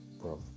bro